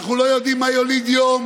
לגני ילדים,